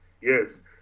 yes